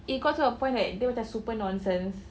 it got to a point that dia macam super nonsense